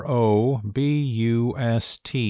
Robust